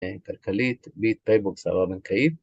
כלכלית, ביט, פייבוקס, העברה בנקאית